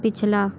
पिछला